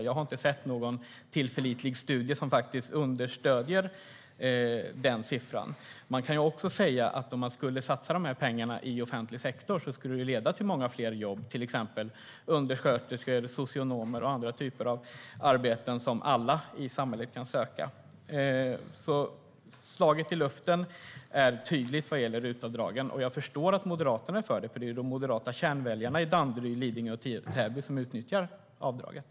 Jag har inte sett någon tillförlitlig studie som understöder den siffran. Slaget i luften är tydligt vad gäller RUT-avdragen. Men jag förstår att Moderaterna är för, då det är de moderata kärnväljarna i Danderyd, Lidingö och Täby som utnyttjar avdraget.